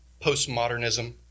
postmodernism